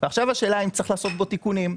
השאלה האם צריך לעשות בו תיקונים?